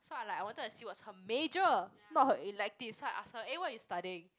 so I like I wanted to see what's her major not her elective so I ask her eh what you studying